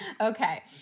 Okay